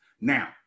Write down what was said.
Now